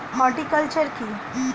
Horticulture কি?